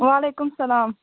وعلیکُم سلام